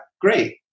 Great